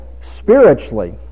Spiritually